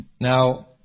Now